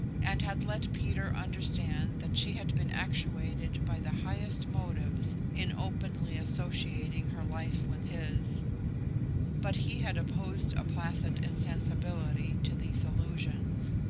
and had let peter understand that she had been actuated by the highest motives in openly associating her life with his but he had opposed a placid insensibility to these allusions,